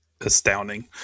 astounding